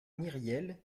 myriel